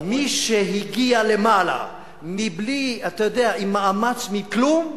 מי שהגיע למעלה עם מאמץ מכלום,